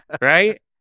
Right